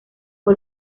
fue